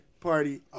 party